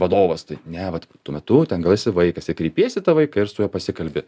vadovas tai ne vat tuo metu ten gal esi vaikas ir kreipiesi į tą vaiką ir su juo pasikalbi